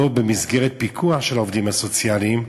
לא במסגרת פיקוח של העובדים הסוציאליים,